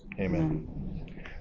Amen